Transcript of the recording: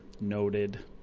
Noted